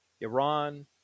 Iran